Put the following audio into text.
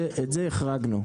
את זה החרגנו,